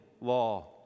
law